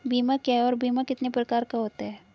बीमा क्या है और बीमा कितने प्रकार का होता है?